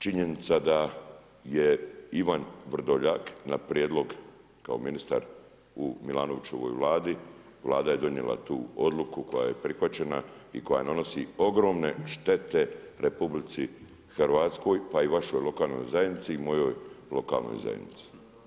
Činjenica da je Ivan Vrdoljak na prijedlog, kao ministar, u Milanovićevoj Vladi, Vlada je donijela tu odluku koja je prihvaćena i koja nanosi ogromne štete RH pa i vašoj lokalnoj zajednici i mojoj lokalnoj zajednici.